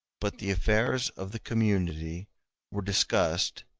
but the affairs of the community were discussed,